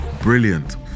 brilliant